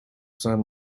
sun